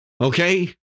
Okay